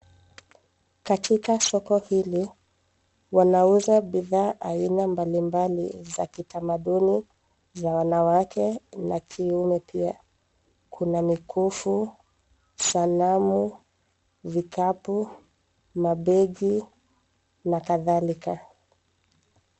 Katika soko hili wanauza bidhaa aina mbalimbali za kitamaduni za wanawake na kiume pia, kuna mikufu, salamu, vikapu, mabegi na kadhalika.